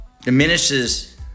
diminishes